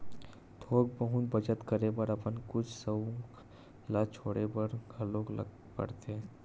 थोक बहुत बचत करे बर अपन कुछ सउख ल छोड़े बर घलोक परथे